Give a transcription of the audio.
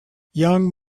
young